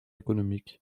économique